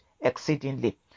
exceedingly